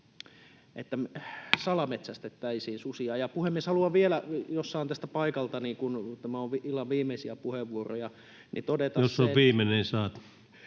salametsästettäisiin susia. Puhemies, haluan vielä, jos saan tästä paikaltani, kun tämä on illan viimeisiä puheenvuoroja, todeta sen... Kunnioitettu